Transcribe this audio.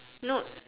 not